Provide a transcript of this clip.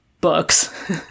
books